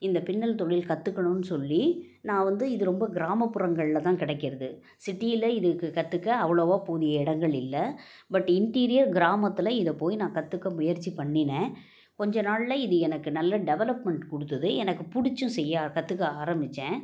இந்த பின்னல் தொழில் கற்றுக்கணுன்னு சொல்லி நான் வந்து இது ரொம்ப கிராமப்புறங்களில் தான் கிடைக்கிறது சிட்டியில் இதுக்கு கற்றுக்க அவ்வளோவா போதிய இடங்கள் இல்லை பட் இண்ட்டீரியர் கிராமத்தில் இதை போய் நான் கற்றுக்க முயற்சி பண்ணினேன் கொஞ்ச நாளில் இது எனக்கு நல்ல டெவலப்மெண்ட் கொடுத்துது எனக்கு பிடிச்சும் செய்ய கற்றுக்க ஆரம்பித்தேன்